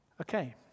Okay